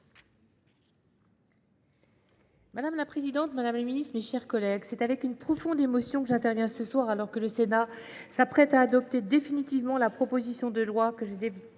Madame la présidente, madame la ministre, mes chers collègues, c’est avec une profonde émotion que j’interviens ce soir, alors que le Sénat s’apprête à adopter définitivement la proposition de loi que j’ai déposée